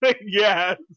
Yes